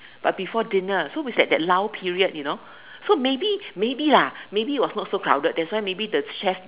but before dinner so with that that lull period you know so maybe maybe lah maybe it was not so crowded that's why maybe the chef